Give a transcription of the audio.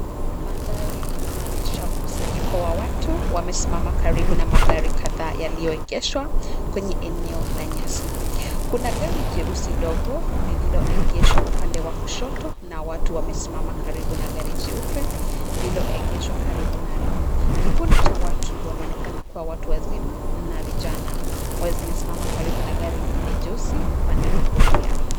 Mandhari inaonyesha mkusanyiko wa watu wamesimama karibu na magari kadhaa yaliyoegeshwa kwenye eneo la nyasi. Kuna gari jeusi dogo lililoegeshwa upande wa kushoto na watu wamesimama karibu na gari jeupe lililoegeshwa karibu nalo. Kikundi cha watu wanaonekana watu wazima na vijana, wamwsimama karibu na gari ingine jeusi upande wa kulia.